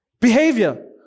Behavior